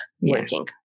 working